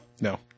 No